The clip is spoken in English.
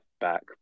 back